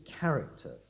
character